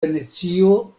venecio